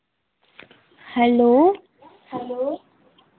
hello